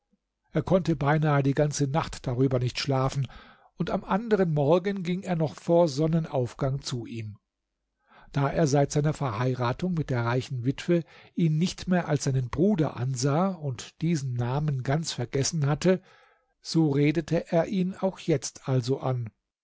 er konnte beinahe die ganze nacht darüber nicht schlafen und am anderen morgen ging er noch vor sonnenaufgang zu ihm da er seit seiner verheiratung mit der reichen witwe ihn nicht mehr als seinen bruder ansah und diesen namen ganz vergessen hatte so redete er ihn auch jetzt also an